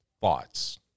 thoughts